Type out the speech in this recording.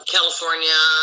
California